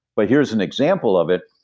but here's an example of it,